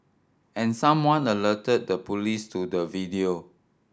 and someone alerted the police to the video